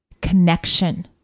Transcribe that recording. Connection